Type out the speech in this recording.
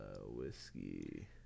Whiskey